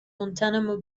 guantanamo